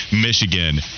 Michigan